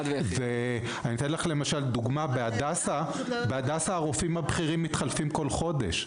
אני אתן לך דוגמה: בהדסה הרופאים הבכירים מתחלפים כל חודש.